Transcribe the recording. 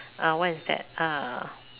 uh what is that uh